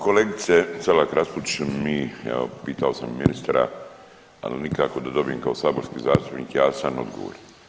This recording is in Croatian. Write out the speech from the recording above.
Kolegice Selak Raspudić mi, evo pitao sam ministra ali nikako da dobijem kao saborski zastupnik jasan odgovor.